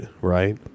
right